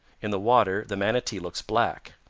in the water the manatee looks black.